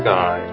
Guy